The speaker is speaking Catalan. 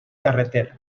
carreter